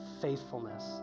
faithfulness